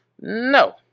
No